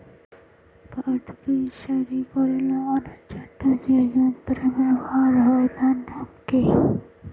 পাট বীজ সারি করে লাগানোর জন্য যে যন্ত্র ব্যবহার হয় তার নাম কি?